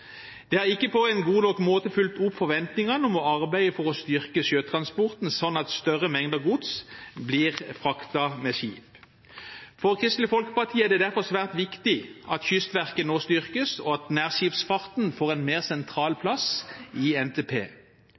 har ikke på en god nok måte fulgt opp forventningene om å arbeide for å styrke sjøtransporten slik at større mengder gods blir fraktet med skip. For Kristelig Folkeparti er det derfor svært viktig at Kystverket nå styrkes, og at nærskipsfarten får en mer sentral plass i NTP.